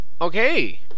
Okay